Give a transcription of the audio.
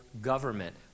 government